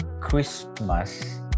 Christmas